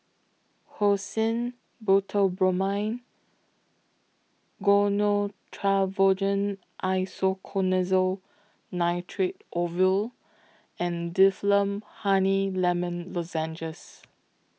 Hyoscine Butylbromide Gyno Travogen Isoconazole Nitrate Ovule and Difflam Honey Lemon Lozenges